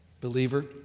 Believer